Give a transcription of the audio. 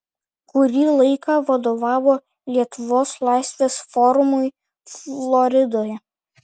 kurį laiką vadovavo lietuvos laisvės forumui floridoje